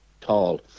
tall